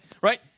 right